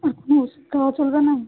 তা কোনো ওষুধ খাওয়া চলবে না